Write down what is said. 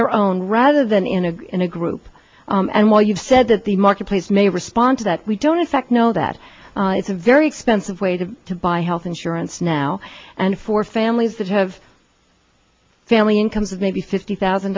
their own rather than in a in a group and while you've said that the marketplace may respond to that we don't in fact know that it's a very expensive way to to buy health insurance now and for families that have family incomes of maybe fifty thousand